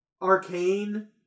Arcane